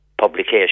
publication